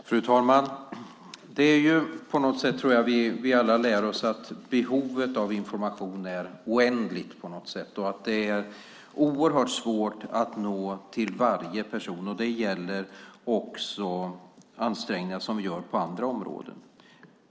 Fru talman! Jag tror att vi alla lär oss att behovet av information är oändligt på något sätt. Det är oerhört svårt att nå varje person. Det gäller också ansträngningar som vi gör på andra områden.